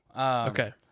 Okay